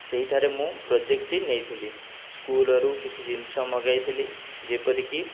ସେଇଠାରେ ମୁଁ ପ୍ରୋଜେକ୍ଟଟି ନେଇଥିଲି ସ୍କୁଲରୁ କିଛି ଜିନିଷ ମଗାଇଥିଲି ଯେପରିକି